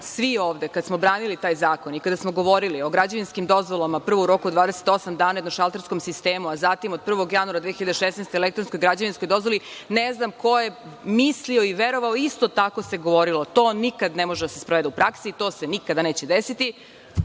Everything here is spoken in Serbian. svi ovde kada smo branili taj zakon i kada smo govorili o građevinskim dozvolama, prvo u roku od 28 dana na šalterskom sistemu, a zatim od 1. januara 2016. o elektronskoj građevinskoj dozvoli, ne znam ko je mislio i verovao, isto tako se govorilo, to nikad ne može da se sprovede u praksi, to se nikada neće desiti,